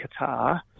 Qatar